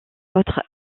autres